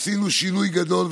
עשינו שינוי גדול,